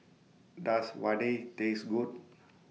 Does Vadai Taste Good